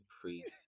Priest